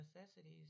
necessities